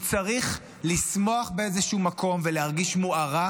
הוא צריך לשמוח באיזשהו מקום ולהרגיש מוערך.